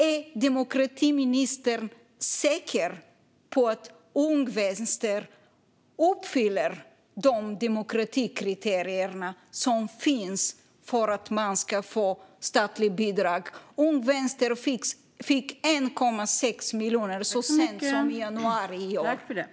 Är demokratiministern säker på att Ung Vänster uppfyller de demokratikriterier som finns för att man ska få statliga bidrag? Ung Vänster fick 1,6 miljoner så sent som i januari i år.